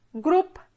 group